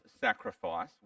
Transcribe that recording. sacrifice